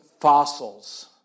fossils